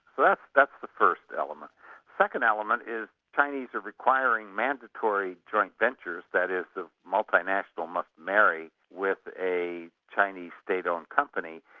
but that's the first element. the second element is chinese are requiring mandatory joint ventures that is the multinational must marry with a chinese state-owned company,